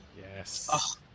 Yes